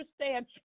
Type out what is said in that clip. understand